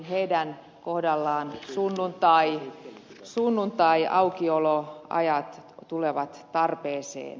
heidän kohdallaan sunnuntaiaukioloajat tulevat tarpeeseen